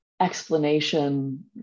Explanation